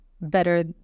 better